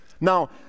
Now